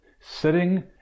Sitting